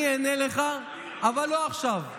אני אענה לך, אבל לא עכשיו.